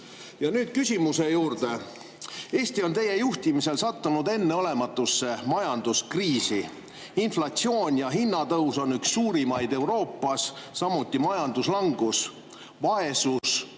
nüüd küsimuse juurde. Eesti on teie juhtimisel sattunud enneolematusse majanduskriisi. Inflatsioon ja hinnatõus on üks suurimaid Euroopas, samuti majanduslangus ja vaesus.